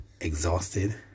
exhausted